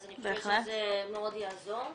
אז אני חושבת שזה מאוד יעזור.